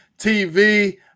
TV